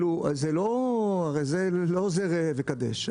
זה לא ראה וקדש.